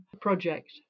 project